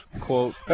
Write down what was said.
quote